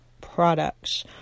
products